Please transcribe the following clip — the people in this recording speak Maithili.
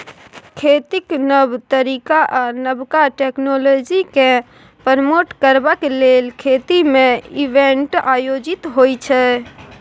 खेतीक नब तरीका आ नबका टेक्नोलॉजीकेँ प्रमोट करबाक लेल खेत मे इवेंट आयोजित होइ छै